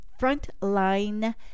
Frontline